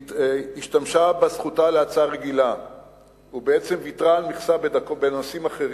השתמשה בזכותה להצעה רגילה ובעצם ויתרה על מכסה בנושאים אחרים,